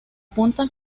punta